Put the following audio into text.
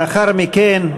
לאחר מכן,